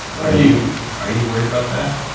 are you are you worried about that?